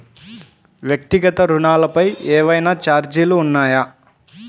వ్యక్తిగత ఋణాలపై ఏవైనా ఛార్జీలు ఉన్నాయా?